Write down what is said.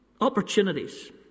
Opportunities